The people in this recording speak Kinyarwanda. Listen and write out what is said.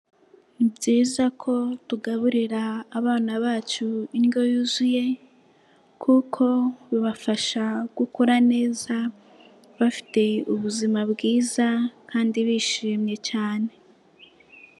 Ni byiza ko tugaburira abana bacu indyo yuzuye, kuko bibafasha gukura neza, bafite ubuzima bwiza kandi bishimye cyane.